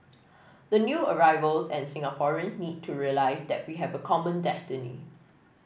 the new arrivals and Singaporean need to realise that we have a common destiny